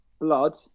blood